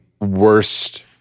worst